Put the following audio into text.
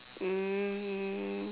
um